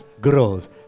grows